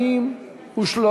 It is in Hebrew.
הלאומי (תיקון מס' 162), התשע"ו 2015, נתקבל.